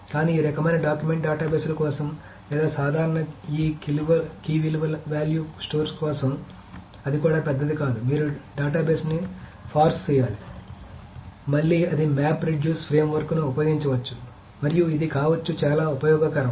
కానీ ఈ రకమైన డాక్యుమెంట్ డేటాబేస్ల కోసం లేదా సాధారణంగా ఈ కీ వాల్యూ స్టోర్ల కోసం కాదు అది కూడా పెద్దది కాదు మీరు డేటాబేస్ని పార్స్ చేయాలి మళ్లీ అది మ్యాప్ రెడ్యూస్ ఫ్రేమ్వర్క్ను ఉపయోగించవచ్చు మరియు ఇది కావచ్చు చాలా ఉపయోగకరం